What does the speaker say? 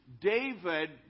David